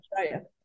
Australia